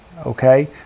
okay